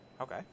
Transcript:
Okay